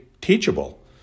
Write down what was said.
teachable